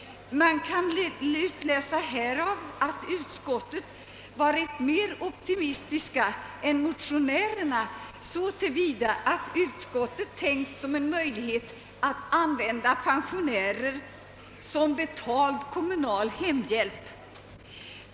Man kan härav utläsa att utskottet varit mer optimistisk än motionärerna så till vida, att utskottet tänkt sig möjligheten att använda manliga pensionärer som betald kommunal hemhjälp.